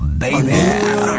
baby